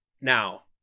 Now